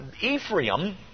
Ephraim